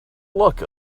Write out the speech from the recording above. look